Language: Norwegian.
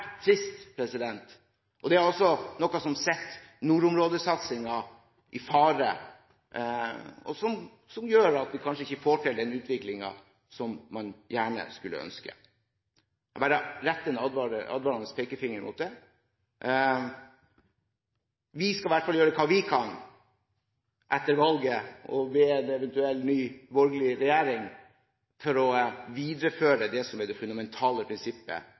trist, og det er noe som setter nordområdesatsingen i fare, og som gjør at vi kanskje ikke får til den utviklingen som man gjerne skulle ønske. Jeg vil bare rette en advarende pekefinger mot det. Vi skal i hvert fall gjøre hva vi kan etter valget, og med en eventuell ny borgerlig regjering, for å videreføre det som er det fundamentale prinsippet